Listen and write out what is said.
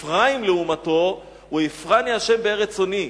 אפרים, לעומתו, הפרני השם בארץ עוניי.